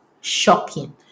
Shocking